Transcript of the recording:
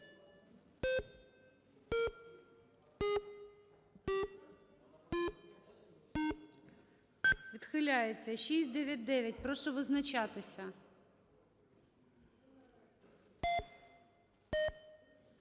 Відхиляється. 699. Прошу визначатися.